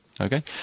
Okay